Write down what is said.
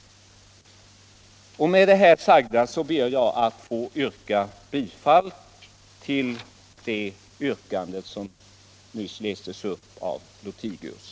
Med det här sagda ber jag att få instämma i det yrkande som nyss ställdes av herr Lothigius.